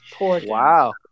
Wow